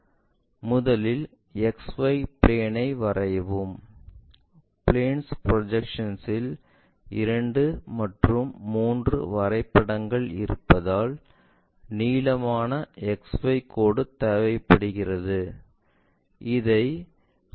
முதலில் XY plane ஐ வரையவும் பிளேன்ஸ் ப்ரொஜெக்ஷன்ஸ் இல் 2 முதல் 3 வரைபடங்கள் இருப்பதால் நீளமான XY கோடு தேவைப்படுகிறது